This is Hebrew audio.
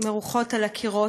מרוחות על הקירות,